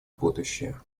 будущее